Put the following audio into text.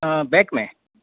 back में